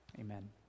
Amen